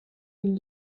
une